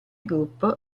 gruppo